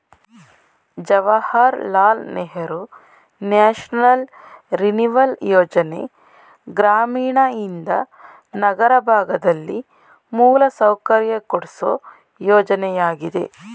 Jawahar Lal Nehru national renewal ಯೋಜನೆ ಗ್ರಾಮೀಣಯಿಂದ ನಗರ ಭಾಗದಲ್ಲಿ ಮೂಲಸೌಕರ್ಯ ಕೊಡ್ಸು ಯೋಜನೆಯಾಗಿದೆ